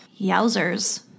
Yowzers